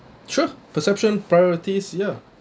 sure perception priorities ya